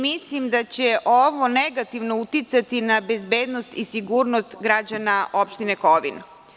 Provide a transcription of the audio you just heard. Mislim da će ovo negativno uticati na bezbednost i sigurnost građana opštine Kovin.